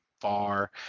far